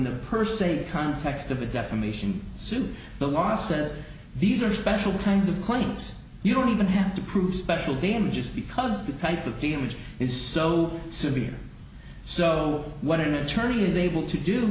the per se context of a defamation suit the law says these are special kinds of clients you don't even have to prove special damages because the type of damage is so severe so what an attorney is able to do